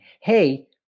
hey